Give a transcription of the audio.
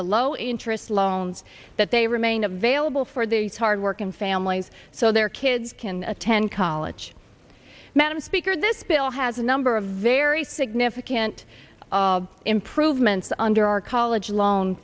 the low interest loans that they remain available for these hard working families so their kids can attend college madam speaker this bill has a number of very significant improvements under our college loan